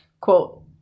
Quote